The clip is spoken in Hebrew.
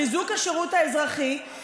חיזוק השירות האזרחי,